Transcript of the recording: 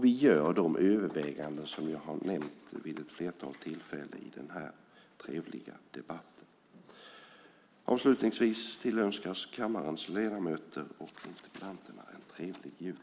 Vi gör de överväganden som jag har nämnt vid ett flertal tillfällen i den här trevliga debatten. Avslutningsvis tillönskas kammarens ledamöter och interpellanterna en trevlig jul.